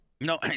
No